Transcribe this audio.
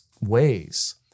ways